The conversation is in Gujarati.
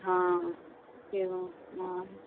હા એવું હા